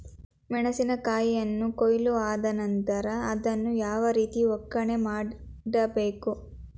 ಮೆಣಸಿನ ಕಾಯಿಯನ್ನು ಕೊಯ್ಲು ಆದ ನಂತರ ಅದನ್ನು ಯಾವ ರೀತಿ ಒಕ್ಕಣೆ ಮಾಡಬೇಕು?